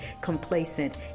complacent